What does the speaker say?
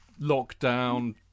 lockdown